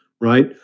right